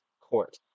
Court